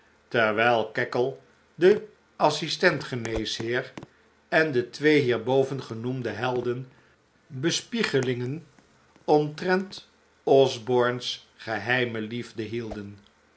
terwijl cackle de assistent geneesheer en de twee hierboven genoemde helden bespiegelingen omtrent osborne's geheime liefde hielden